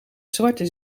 zwarte